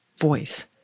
voice